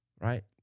right